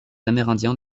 amérindiens